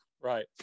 Right